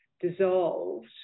dissolved